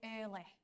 early